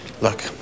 Look